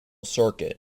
circuit